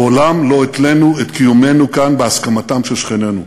מעולם לא התנינו את קיומנו כאן בהסכמתם של שכנינו.